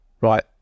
Right